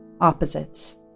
opposites